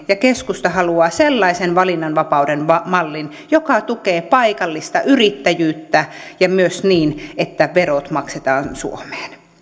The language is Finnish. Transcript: ja keskusta haluaa sellaisen valinnanvapauden mallin joka tukee paikallista yrittäjyyttä ja myös niin että verot maksetaan suomeen